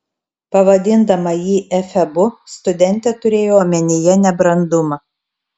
pavadindama jį efebu studentė turėjo omenyje nebrandumą